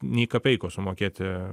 nei kapeikos sumokėti